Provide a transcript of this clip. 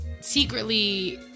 secretly